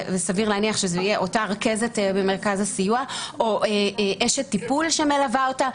וסביר להניח שזו תהיה אותה רכזת במרכז הסיוע או אשת טיפול שמלווה אותה,